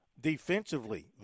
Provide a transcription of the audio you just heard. defensively